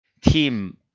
team